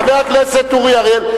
חבר הכנסת אורי אריאל.